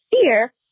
fear